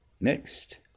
Next